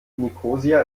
nikosia